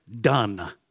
done